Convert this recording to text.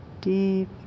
deep